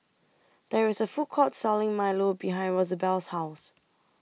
There IS A Food Court Selling Milo behind Rosabelle's House